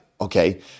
Okay